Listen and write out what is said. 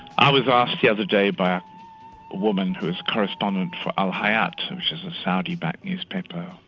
i was asked the other day by a woman who is a correspondent for al haiat, which is a saudi-backed newspaper,